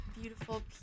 beautiful